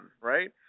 right